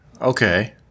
Okay